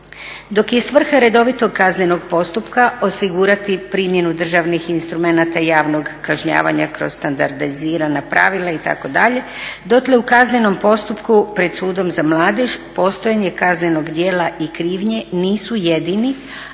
Dok je svrha redovitog kaznenog postupka osigurati primjenu državnih instrumenata javnog kažnjavanja kroz standardizirana pravila itd., dotle u kaznenom postupku pred sudom za mladež postojanje kaznenog djela i krivnje nisu jedini,